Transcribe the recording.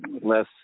less